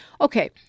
Okay